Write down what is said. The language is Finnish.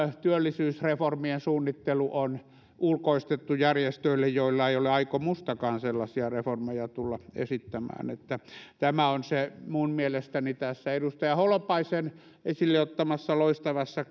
työllisyysreformien suunnittelu on ulkoistettu järjestöille joilla ei ole aikomustakaan sellaisia reformeja tulla esittämään tämä on minun mielestäni tässä edustaja holopaisen esille ottamassa loistavassa